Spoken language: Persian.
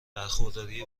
برخورداری